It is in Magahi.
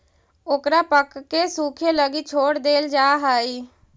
ओकरा पकके सूखे लगी छोड़ देल जा हइ